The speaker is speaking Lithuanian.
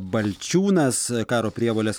balčiūnas karo prievolės